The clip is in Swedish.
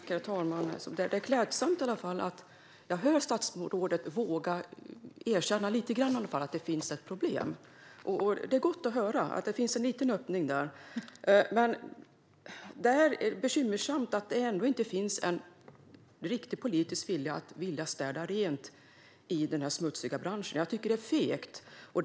Herr talman! Det är klädsamt att detta statsråd i alla fall lite grann vågar erkänna att det finns ett problem. Det är gott att höra att det finns en liten öppning där. Men det är bekymmersamt att det ändå inte finns en riktig politisk vilja att städa rent i denna smutsiga bransch. Jag tycker att det är fegt.